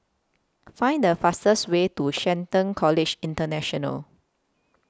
Find The fastest Way to Shelton College International